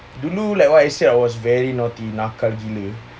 dulu like what you said I was very naughty nakal gila